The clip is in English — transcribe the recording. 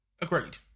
agreed